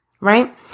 right